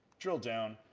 drill down,